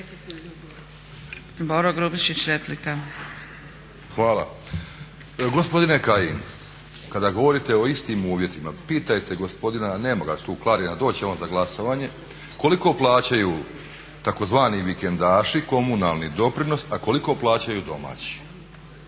Boro (HDSSB)** Hvala. Gospodine Kajin kada govorite o istim uvjetima pitajte gospodina, nema ga tu, Klarina, doći će on za glasovanje, koliko plaćaju tzv. vikendaši komunalni doprinos, a koliko plaćaju domaći.